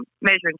measuring